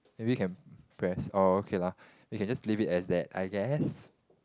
maybe can press oh okay lah we can just leave it as that I guess